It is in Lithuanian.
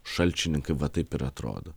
šalčininkai va taip ir atrodo